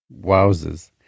Wowzers